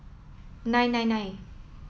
nine nine nine